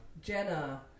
Jenna